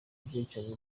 bwicanyi